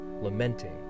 lamenting